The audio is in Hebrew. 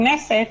לכנסת